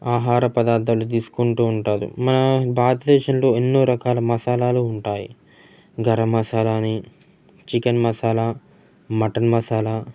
ఆహార పదార్థాలు తీసుకుంటూ ఉంటారు మన భారతదేశంలో ఎన్నో రకాల మసాలాలు ఉంటాయి గరం మసాలాని చికెన్ మసాలా మటన్ మసాలా